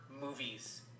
movies